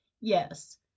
Yes